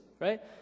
right